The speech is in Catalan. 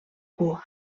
cua